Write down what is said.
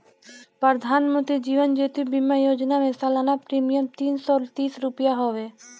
प्रधानमंत्री जीवन ज्योति बीमा योजना में सलाना प्रीमियम तीन सौ तीस रुपिया हवे